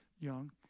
young